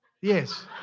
Yes